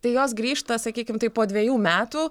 tai jos grįžta sakykim taip po dvejų metų